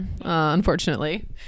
unfortunately